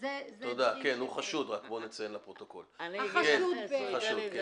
רק נציין לפרוטוקול שהוא חשוד.